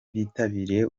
bitabiriye